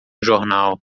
jornal